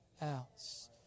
else